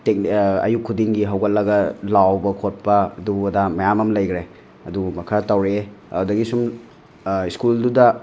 ꯑꯌꯨꯛ ꯈꯨꯗꯤꯡꯒꯤ ꯍꯧꯒꯠꯂꯒ ꯂꯥꯎꯕ ꯈꯣꯠꯄ ꯑꯗꯨ ꯑꯗꯥ ꯃꯌꯥꯝ ꯑꯃ ꯂꯩꯈ꯭ꯔꯦ ꯑꯗꯨꯒꯨꯝꯕ ꯈꯔ ꯇꯧꯔꯛꯑꯦ ꯑꯗꯨꯗꯒꯤ ꯁꯨꯝ ꯁ꯭ꯀꯨꯜꯗꯨꯗ